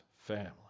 family